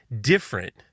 different